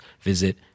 visit